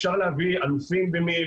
אפשר להביא אלופים במיל',